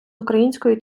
української